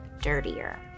dirtier